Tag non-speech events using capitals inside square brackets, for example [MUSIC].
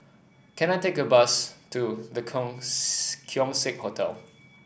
can I take a bus to The [UNINTELLIGIBLE] Keong Saik Hotel